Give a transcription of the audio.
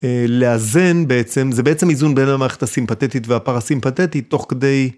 לאזן בעצם, זה בעצם איזון בין המערכת הסימפתטית והפרה סימפתטית, תוך כדי.